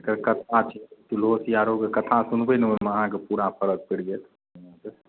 एकर कथा छियै चुल्हो सियारोके कथा सुनबै ने ओहिमे अहाँकेँ पूरा फरक पड़ि जायत